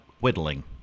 whittling